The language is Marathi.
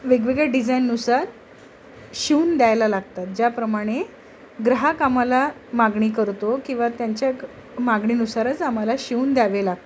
वेगवेगळ्या डिझाईननुसार शिवून द्यायला लागतात ज्याप्रमाणे ग्राहक आम्हाला मागणी करतो किंवा त्यांच्या मागणीनुसारच आम्हाला शिवून द्यावे लागतं